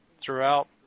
throughout